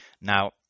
Now